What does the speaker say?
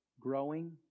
growing